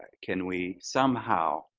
can we, somehow,